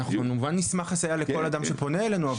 אנחנו כמובן נשמח לסייע לכל אדם שפונה אלינו,